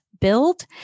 build